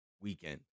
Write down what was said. Weekend